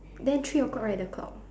then three o-clock right the clock